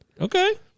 Okay